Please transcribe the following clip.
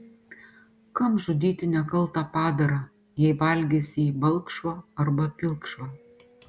kam žudyti nekaltą padarą jei valgysi jį balkšvą arba pilkšvą